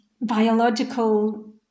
biological